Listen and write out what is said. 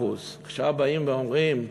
עכשיו באים ואומרים: